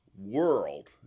world